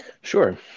sure